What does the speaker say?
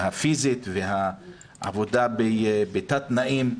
הפיזית ועבודה בתת תנאים.